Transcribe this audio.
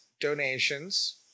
donations